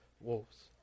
wolves